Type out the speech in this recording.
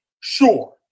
Sure